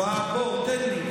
אוהד, בוא, תן לי.